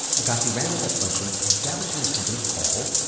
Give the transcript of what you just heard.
agassi ran with that question, establishing a company called,